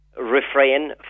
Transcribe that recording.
refrain